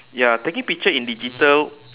ya taking picture in digital